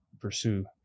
pursue